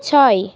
ছয়